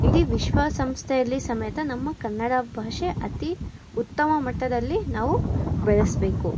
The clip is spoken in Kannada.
ಇಡೀ ವಿಶ್ವಸಂಸ್ಥೆಯಲ್ಲಿ ಸಮೇತ ನಮ್ಮ ಕನ್ನಡ ಭಾಷೆ ಅತಿ ಉತ್ತಮ ಮಟ್ಟದಲ್ಲಿ ನಾವು ಬೆಳೆಸಬೇಕು